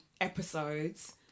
episodes